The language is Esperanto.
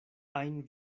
ajn